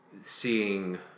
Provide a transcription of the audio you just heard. seeing